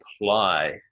apply